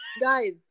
guys